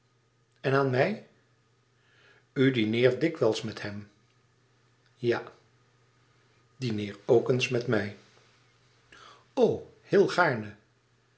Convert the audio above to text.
en aan mij u dineert dikwijls met hem ja dineer ook eens met mij o heel gaarne